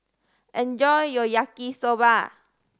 enjoy your Yaki Soba